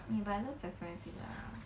eh but I love pepperoni pizza